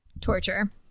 torture